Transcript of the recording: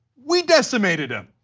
we decimated him.